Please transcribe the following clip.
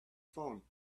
phone